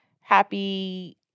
Happy